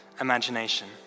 imagination